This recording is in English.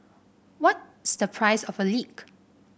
what's the price of a leak